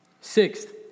Sixth